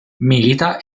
milita